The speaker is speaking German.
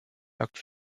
lockt